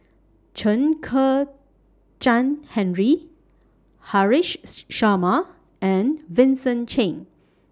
Chen Kezhan Henri Haresh Sharma and Vincent Cheng